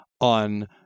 on